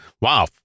Wow